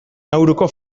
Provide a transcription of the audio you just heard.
nauruko